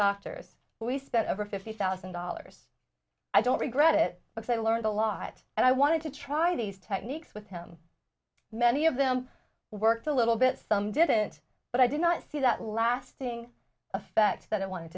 doctors we spent over fifty thousand dollars i don't regret it because i learned a lot and i wanted to try these techniques with him many of them worked a little bit some didn't but i did not see that lasting effect that i wanted